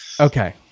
Okay